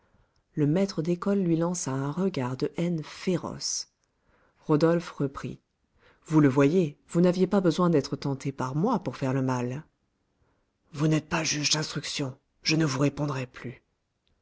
le maître d'école lui lança un regard de haine féroce rodolphe reprit vous le voyez vous n'aviez pas besoin d'être tenté par moi pour faire le mal vous n'êtes pas juge d'instruction je ne vous répondrai plus